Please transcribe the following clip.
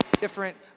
different